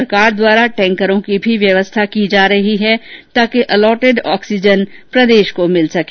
सरकार द्वारा टैंकरो की भी व्यवस्था की जा रही है ताकि अलोटेड ऑक्सीजन प्रदेश को भिल सके